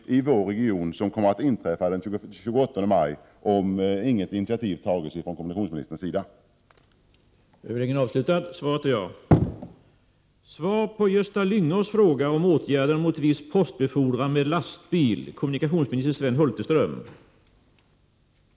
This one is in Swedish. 1988/89:53 kommer att inträffa den 28 maj om inget initiativ tas från kommunikations 19 januari 1989